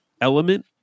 element